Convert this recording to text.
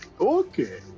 Okay